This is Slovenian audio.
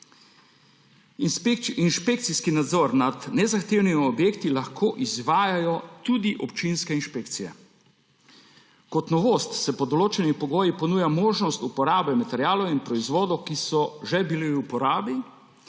Inšpekcijski nadzor nad nezahtevnimi objekti lahko izvajajo tudi občinske inšpekcije. Kot novost se pod določenimi pogoji ponuja možnost uporabe materialov in proizvodov, ki so že bili v uporabi,